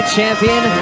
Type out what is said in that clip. champion